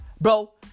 bro